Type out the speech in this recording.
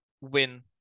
win